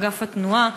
אגף התנועה,